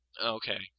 Okay